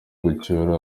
gucyura